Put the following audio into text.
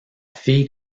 fille